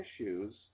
issues